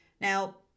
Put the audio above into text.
Now